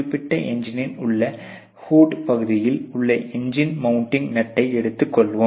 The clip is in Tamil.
குறிப்பிட்ட எஞ்சினில் உள்ள ஹூட் பகுதியில் உள்ள எஞ்சின் மவுண்டிங் நட்டை எடுத்து கொள்வோம்